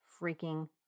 freaking